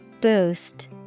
Boost